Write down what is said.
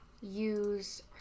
use